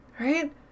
right